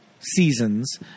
Seasons